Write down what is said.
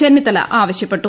ചെന്നിത്തല ആവശ്യപ്പെട്ടു